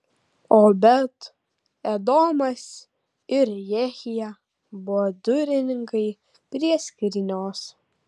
obed edomas ir jehija buvo durininkai prie skrynios